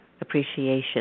appreciation